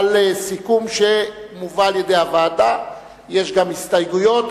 אנחנו עוברים לחוק בנק ישראל,